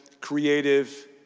creative